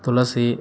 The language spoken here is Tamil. துளசி